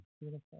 Beautiful